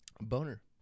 boner